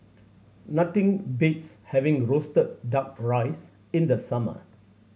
nothing beats having roasted Duck Rice in the summer